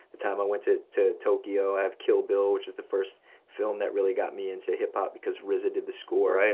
the time i went to to tokyo, i have kill bill, which is the first film that really got me into hip-hop because rza did the score. right.